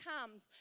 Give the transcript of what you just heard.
comes